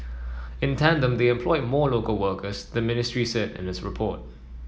in tandem they employed more local workers the ministry said in its report